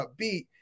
upbeat